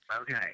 Okay